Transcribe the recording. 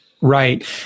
Right